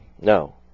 No